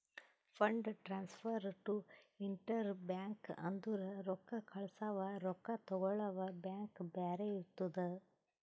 fund transfer to inter bank ಅಂದುರ್ ರೊಕ್ಕಾ ಕಳ್ಸವಾ ರೊಕ್ಕಾ ತಗೊಳವ್ ಬ್ಯಾಂಕ್ ಬ್ಯಾರೆ ಇರ್ತುದ್